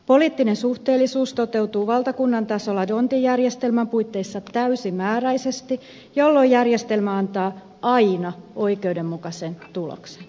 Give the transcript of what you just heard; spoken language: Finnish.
poliittinen suhteellisuus toteutuu valtakunnan tasolla dhondtin järjestelmän puitteissa täysimääräisesti jolloin järjestelmä antaa aina oikeudenmukaisen tuloksen aina